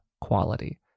quality